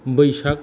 बैसाग